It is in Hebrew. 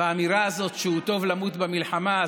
האמירה הזאת שהוא טוב למות במלחמה,